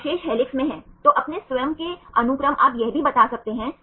तो हम हेलिसेस संरचनाएं कैसे प्राप्त करते हैं